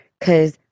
Cause